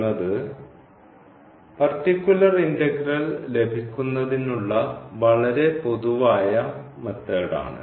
എന്നത് particular integral ലഭിക്കുന്നതിനുള്ള വളരെ പൊതുവായ മെത്തേഡ് ആണ്